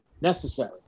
necessary